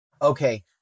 Okay